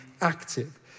active